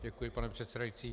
Děkuji, pane předsedající.